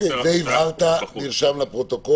אוקיי, הבהרת את זה וזה נרשם לפרוטוקול.